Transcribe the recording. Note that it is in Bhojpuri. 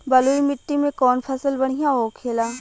बलुई मिट्टी में कौन फसल बढ़ियां होखे ला?